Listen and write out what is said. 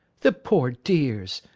the poor dears!